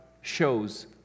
shows